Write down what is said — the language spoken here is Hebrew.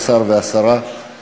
זה יותר יקר ממך.